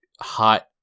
Hot